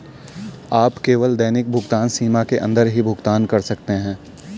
आप केवल दैनिक भुगतान सीमा के अंदर ही भुगतान कर सकते है